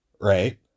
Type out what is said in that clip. right